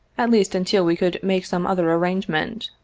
at least until we could make some other arrangement.